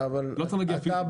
לא צריך להגיע פיזית.